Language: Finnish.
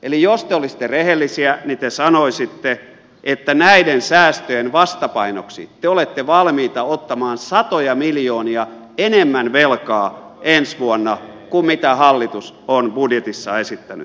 eli jos te olisitte rehellisiä niin te sanoisitte että näiden säästöjen vastapainoksi te olette valmiita ottamaan satoja miljoonia enemmän velkaa ensi vuonna kuin mitä hallitus on budjetissa esittänyt